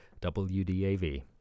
WDAV